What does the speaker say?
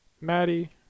Maddie